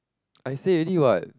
I said already what